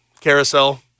carousel